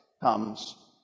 comes